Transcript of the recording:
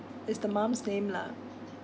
it's the mum's name lah